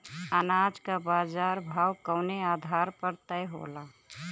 अनाज क बाजार भाव कवने आधार पर तय होला?